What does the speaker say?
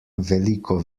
veliko